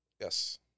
yes